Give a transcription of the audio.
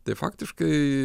tai faktiškai